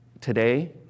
today